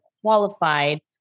qualified